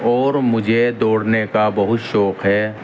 اور مجھے دوڑنے کا بہت شوق ہے